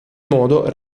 modo